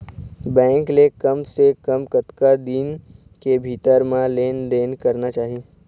Bank ले कम से कम कतक दिन के भीतर मा लेन देन करना चाही?